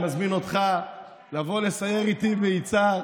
אני מזמין אותך לבוא לסייר איתי ביצהר.